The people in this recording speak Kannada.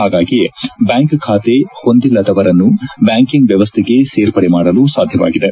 ಹಾಗಾಗಿಯೇ ಬ್ಯಾಂಕ್ ಬಾತೆ ಹೊಂದಿಲ್ಲದವರನ್ನು ಬ್ಲಾಂಕಿಂಗ್ ವ್ಯವಸ್ಥೆಗೆ ಸೇರ್ಪಡೆ ಮಾಡಲು ಸಾಧ್ಯವಾಗಿದೆ